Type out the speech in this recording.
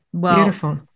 Beautiful